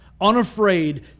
unafraid